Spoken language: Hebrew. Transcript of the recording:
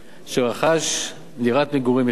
שרכש דירת מגורים יחידה.